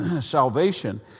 salvation